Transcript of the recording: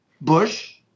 Bush